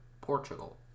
Portugal